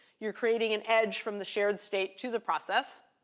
you're creating an edge from the shared state to the process.